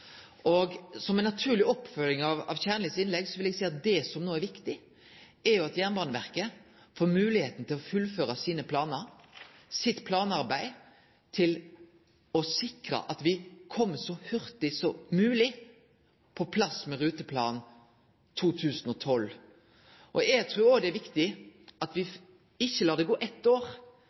Som ei naturleg oppfølging av Kjernlis innlegg vil eg seie at det som no er viktig, er at Jernbaneverket får moglegheita til å fullføre sitt planarbeid og slik sikre at vi kjem så hurtig som mogleg på plass med Ruteplan 2012. Eg trur òg det er viktig at vi ikkje lèt det gå eitt år